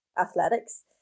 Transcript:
athletics